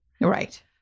Right